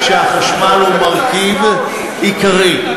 והחשמל הוא מרכיב עיקרי,